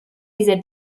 diese